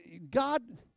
God